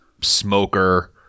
smoker